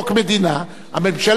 זה הופך להיות תקציבית.